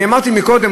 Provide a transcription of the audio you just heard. אמרתי קודם,